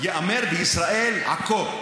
ייאמר בישראל: עכו.